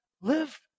live